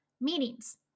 meetings